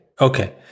Okay